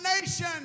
nation